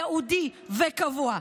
ייעודי וקבוע,